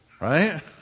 Right